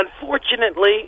unfortunately